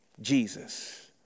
Jesus